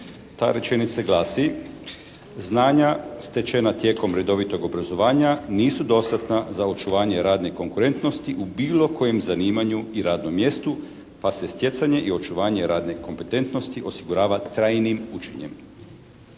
Ta rečenica glasi: "Znanja stečena tijekom redovitog obrazovanja nisu dostatna za očuvanje radne konkurentnosti u bilo kojem zanimanju i radnom mjestu pa se stjecanje i očuvanje radne kompetentnosti osigurava trajnim učenjem."